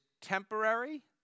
temporary